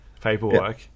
paperwork